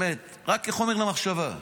רק כחומר למחשבה: